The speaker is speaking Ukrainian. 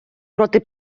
проти